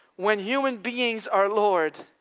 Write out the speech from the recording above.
when human beings are lord,